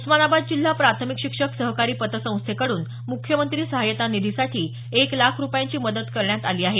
उस्मानाबाद जिल्हा प्राथमिक शिक्षक सहकारी पतसंस्थेकडून मुख्यमंत्री सहाय्यता निधीसाठी एक लाख रुपयांची मदत करण्यात आली आहे